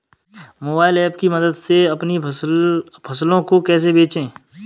Mobile app की मदद से अपनी फसलों को कैसे बेचें?